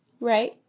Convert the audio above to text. right